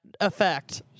effect